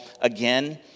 again